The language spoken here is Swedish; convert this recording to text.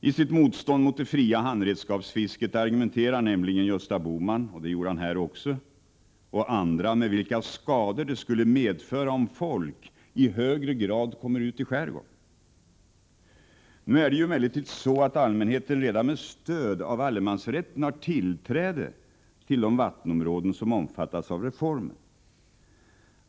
I sitt motstånd mot det fria handredskapsfisket talar nämligen Gösta Bohman — det gjorde han nu också — och andra om vilka skador det skulle medföra om folk i högre grad kom ut i skärgården. Nu är det emellertid så, att allmänheten redan med stöd av allemansrätten har tillträde till de vattenområden som omfattas av reformen.